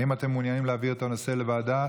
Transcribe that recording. האם אתם מעוניינים להעביר את הנושא לוועדה?